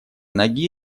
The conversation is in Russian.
ноги